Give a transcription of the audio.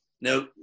now